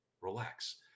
Relax